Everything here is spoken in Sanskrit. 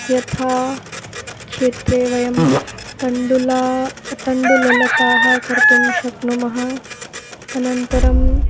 यथा क्षेत्रे वयं तण्डुलाः तण्डुललताः कर्तुं शक्नुमः अनन्तरम्